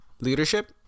leadership